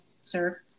sir